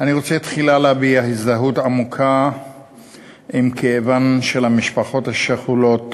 אני רוצה תחילה להביע הזדהות עמוקה עם כאבן של המשפחות השכולות